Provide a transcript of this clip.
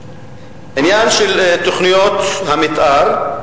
העניין של תוכניות המיתאר,